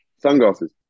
sunglasses